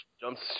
jumps